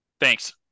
Thanks